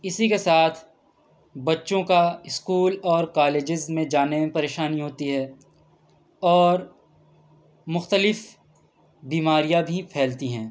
اسی کے ساتھ بچوں کا اسکول اور کالیجز میں جانے میں پریشانی ہوتی ہے اور مختلف بیماریاں بھی پھیلتی ہیں